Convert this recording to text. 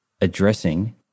addressing